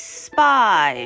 spy